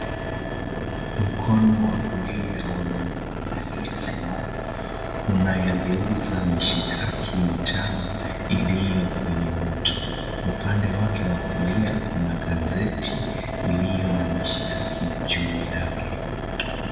Mkono wa kulia wa mwanamume aliyesimama unayageuza mishikaki mitano iliyo kwenye moto upande wake wa kulia kuna gazeti iliyo na mishikaki juu yake.